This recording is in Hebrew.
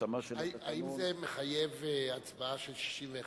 התאמה של התקנון, האם זה מחייב הצבעה של 61?